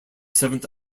seventh